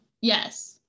yes